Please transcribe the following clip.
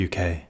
UK